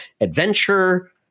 adventure